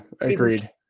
Agreed